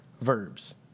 verbs